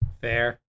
Fair